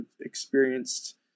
experienced